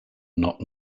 not